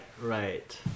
Right